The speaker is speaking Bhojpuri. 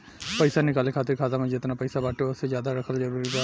पईसा निकाले खातिर खाता मे जेतना पईसा बाटे ओसे ज्यादा रखल जरूरी बा?